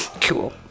Cool